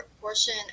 portion